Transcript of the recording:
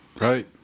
Right